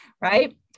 Right